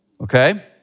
Okay